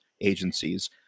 agencies